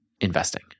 investing